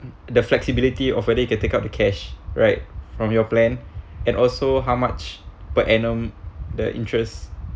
the flexibility of whether you can take out the cash right from your plan and also how much per annum the interest